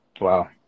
Wow